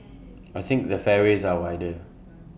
I think the fairways are wider